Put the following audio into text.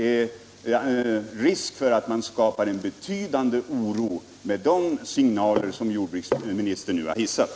Jag tror det finns risk för en betydande oro med de signaler som jordbruksministern nu har hissat.